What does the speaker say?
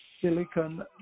Silicon